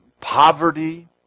poverty